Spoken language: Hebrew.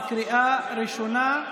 בקריאה הראשונה.